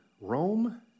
Rome